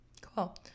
cool